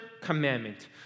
commandment